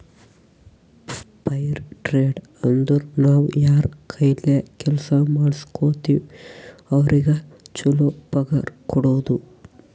fire trade ಅಂದುರ್ ನಾವ್ ಯಾರ್ ಕೈಲೆ ಕೆಲ್ಸಾ ಮಾಡುಸ್ಗೋತಿವ್ ಅವ್ರಿಗ ಛಲೋ ಪಗಾರ್ ಕೊಡೋದು